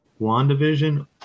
WandaVision